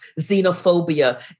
xenophobia